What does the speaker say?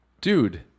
Dude